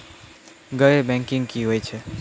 गैर बैंकिंग की होय छै?